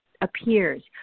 appears